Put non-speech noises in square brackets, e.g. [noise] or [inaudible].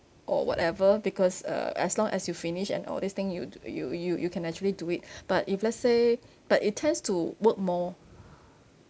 or whatever because uh as long as you finish and all this thing you you you you can actually do it [breath] but if let's say but it tends to work more